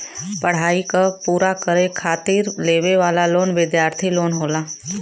पढ़ाई क पूरा करे खातिर लेवे वाला लोन विद्यार्थी लोन होला